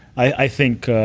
i think